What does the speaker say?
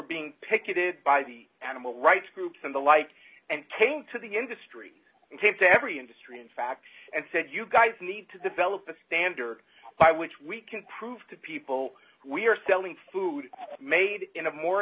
being picketed by the animal rights groups and the like and came to the industry and came to every industry in fact and said you guys need to develop a standard by which we can prove to people who we are selling food made in a more